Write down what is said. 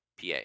PA